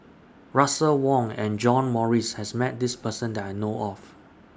Russel Wong and John Morrice has Met This Person that I know of